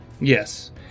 Yes